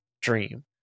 dream